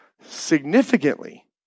significantly